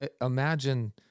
imagine